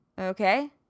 okay